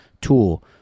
tool